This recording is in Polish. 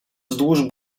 wzdłuż